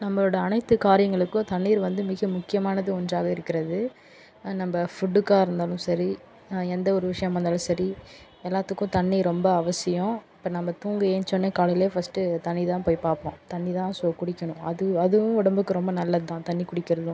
நம்மளோட அனைத்து காரியங்களுக்கும் தண்ணிர் வந்து மிக முக்கியமானது ஒன்றாவே இருக்கின்றது நம்ப ஃபுட்டுக்காக இருந்தாலும் சரி எந்த ஒரு விஷயமா இருந்தாலும் சரி எல்லாத்துக்கும் தண்ணிர் ரொம்ப அவசியோம் இப்போ நம்ம தூங்கி ஏழுன்சோனே காலையில் ஃபர்ஸ்ட்டு தண்ணி தான் போய் பார்ப்போம் தண்ணி தான் ஸோ குடிக்கணும் அது அதுவும் உடம்புக்கு ரொம்ப நல்லது தான் தண்ணி குடிக்கிறதும்